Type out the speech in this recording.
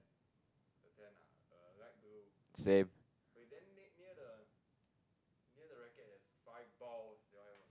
same